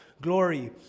glory